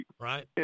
Right